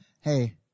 hey